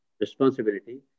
Responsibility